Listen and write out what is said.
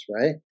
Right